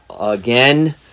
again